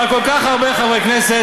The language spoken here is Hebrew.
אבל כל כך הרבה חברי כנסת,